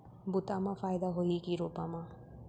बुता म फायदा होही की रोपा म?